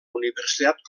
universitat